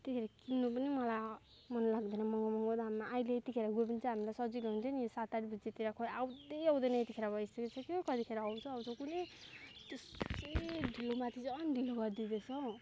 त्यतिखेर किन्नु पनि मलाई मन लाग्दैन महँगो महँगो दाममा अहिले यति खेर गयो भने चाहिँ हामीलाई सजिलो हुन्थ्यो नि सात आठ बजेतिर खोइ आउँदै आउँदैन यतिखेर भइ सकिसक्यो कति खेर आउँछ आउँछ कोनि त्यसै ढिलोमाथि झन् ढिलो गरिदिँदैछ हो